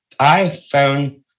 iPhone